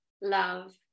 love